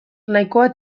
nahikoa